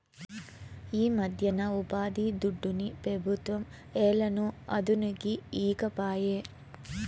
ఈమధ్యన ఉపాధిదుడ్డుని పెబుత్వం ఏలనో అదనుకి ఈకపాయే